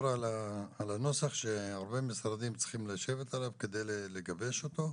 על הנוסח שהרבה משרדים צריכים לשבת עליו כדי לגבש אותו.